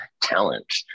talent